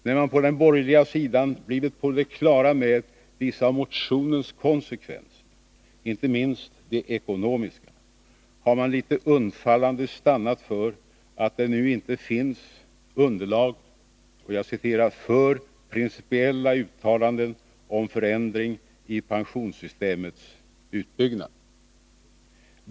När man på den borgerliga sidan blivit på det klara med vissa av motionens konsekvenser, inte minst de ekonomiska, har man litet undfallande stannat för att det nu inte finns underlag ”för principiella uttalanden om förändring i pensionssystemets uppbyggnad”.